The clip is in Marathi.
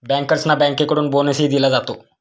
बँकर्सना बँकेकडून बोनसही दिला जातो